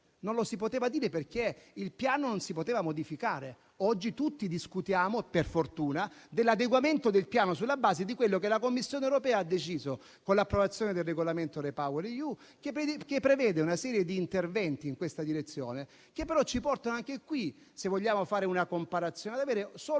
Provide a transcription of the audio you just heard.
Non lo si poteva dire, perché il piano non si poteva modificare. Oggi tutti discutiamo, per fortuna, dell'adeguamento del piano sulla base di quello che ha deciso la Commissione europea, con l'approvazione del regolamento REPowerEU, che prevede una serie di interventi in questa direzione, che però ci portano anche qui, se vogliamo fare una comparazione, ad avere solo